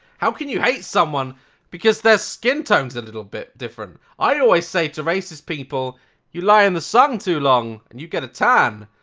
how can you hate someone because their skin tone's a little bit different. i always say to racist people you lie in the sun too long and you get a tan,